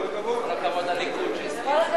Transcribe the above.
?